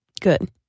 Good